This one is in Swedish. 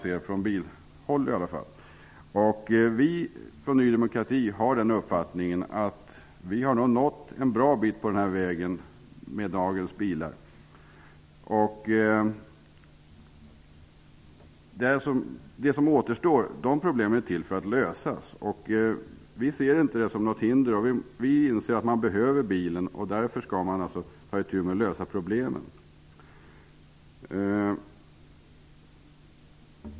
Vi från Ny demokrati har den uppfattningen att vi har nått en bra bit på väg med dagens bilar. De problem som återstår är till för att lösas. Vi ser dem inte som något hinder. Vi inser att man behöver bilen. Därför skall man ta itu med och lösa problemen.